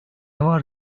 var